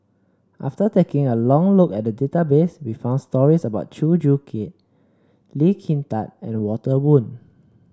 after taking a long look at the database we found stories about Chew Joo Chiat Lee Kin Tat and Walter Woon